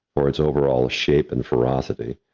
for its overall shape and ferocity,